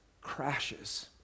crashes